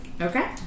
okay